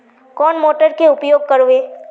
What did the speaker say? कौन मोटर के उपयोग करवे?